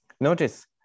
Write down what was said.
Notice